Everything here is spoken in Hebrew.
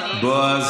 בואו נהיה ענייניים.